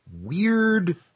weird